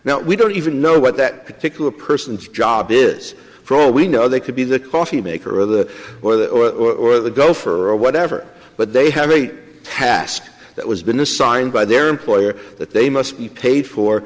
don't even know what that particular person's job is for all we know they could be the coffee maker or the or the or the go for whatever but they have eight task that was been assigned by their employer that they must be paid for